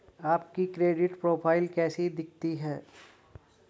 आपकी credit profile कैसी दिखती है?